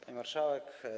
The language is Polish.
Pani Marszałek!